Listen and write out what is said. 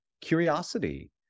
curiosity